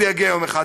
זה יגיע יום אחד,